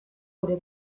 gure